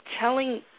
telling